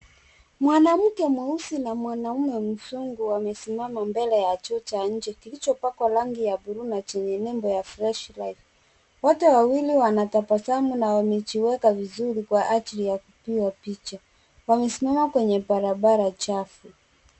Mwanamke mweusi na mwanaume mzungu wamesimama mbele ya choo cha nje kilichopakwa rangi ya buluu na chenye nembo ya fresh life . Wote wawili wanatabasamu na wamejiweka vizuri kwa ajili yakupiga picha. Wamesimama kwenye barabara chafu.